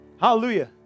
Hallelujah